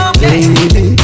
baby